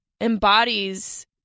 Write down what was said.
embodies